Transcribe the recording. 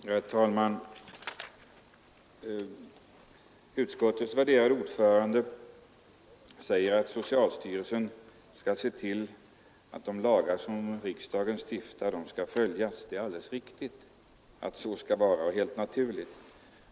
Herr talman! Utskottets värderade ordförande säger att socialstyrelsen skall se till att de lagar riksdagen stiftar följs. Det är alldeles riktigt och helt naturligt.